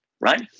right